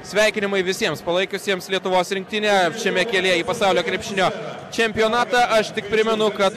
sveikinimai visiems palaikiusiems lietuvos rinktinę šiame kelyje į pasaulio krepšinio čempionatą aš tik primenu kad